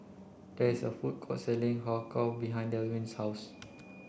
there is a food court selling Har Kow behind Delwin's house